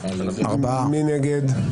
מי נמנע?